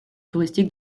touristique